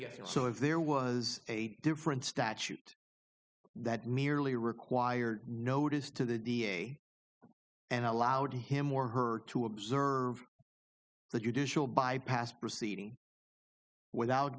and so if there was a different statute that merely required notice to the d a and allowed him or her to observe the judicial bypass proceeding without